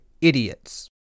idiots